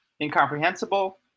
incomprehensible